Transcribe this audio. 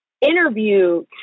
interview